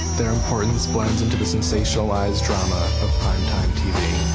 their importance blends into the sensationalized drama of prime time tv.